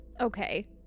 Okay